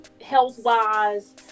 health-wise